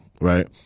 right